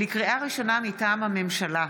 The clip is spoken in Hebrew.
לקריאה ראשונה, מטעם הממשלה: